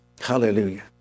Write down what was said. Hallelujah